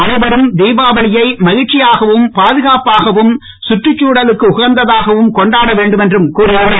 அனைவரும் திபாவளியை மகிழ்ச்சியாகவும் பாதுகாப்பாகவும் சுற்றுச்சூழலுக்கு உகந்ததாகவும் கொண்டாட வேண்டும் என்றும் கூறியுனார்